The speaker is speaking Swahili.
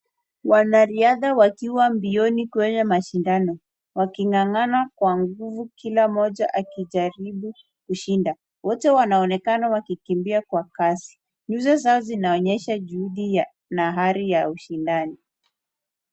Wanariadha wakiwa mbioni kwenye mashindano, waking'ang'ana kwa nguvu kila mmoja akijaribu kushinda. Wote wanaonekana wakikimbia kwa kasi. Nyuso zao zinaonyesha juhudi na ari ya ushindani.